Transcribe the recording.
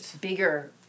bigger